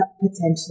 potentially